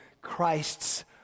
Christ's